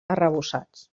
arrebossats